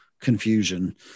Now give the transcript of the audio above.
confusion